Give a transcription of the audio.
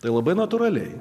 tai labai natūraliai